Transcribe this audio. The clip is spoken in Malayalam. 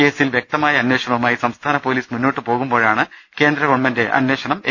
കേസിൽ വ്യക്ത മായ അന്വേഷണവുമായി സംസ്ഥാന പൊലീസ് മുന്നോട്ട് പോവുമ്പോഴാണ് കേന്ദ്ര ഗവൺമെന്റ് അന്വേഷണം എൻ